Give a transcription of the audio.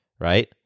right